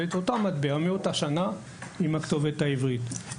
מטבע מאותה שנה ובה הופיעה הכתובת העברית,